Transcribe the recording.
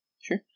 sure